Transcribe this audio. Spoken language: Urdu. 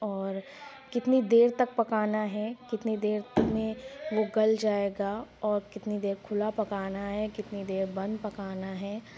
اور کتنی دیر تک پکانا ہے کتنی دیر میں وہ گل جائے گا اور کتنی دیر کھلا پکانا ہے کتنی دیر بند پکانا ہے